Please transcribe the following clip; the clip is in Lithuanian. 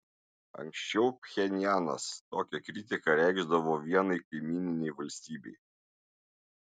anksčiau pchenjanas tokią kritiką reikšdavo vienai kaimyninei valstybei